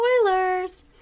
Spoilers